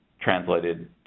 translated